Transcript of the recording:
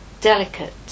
delicate